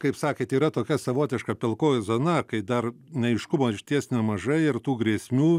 kaip sakėt yra tokia savotiška pilkoji zona kai dar neaiškumo išties nemažai ir tų grėsmių